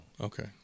Okay